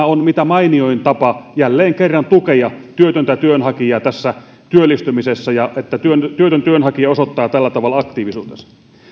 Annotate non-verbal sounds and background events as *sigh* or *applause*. *unintelligible* on mitä mainioin tapa jälleen kerran tukea työtöntä työnhakijaa työllistymisessä että työtön työtön työnhakija osoittaa tällä tavalla aktiivisuutensa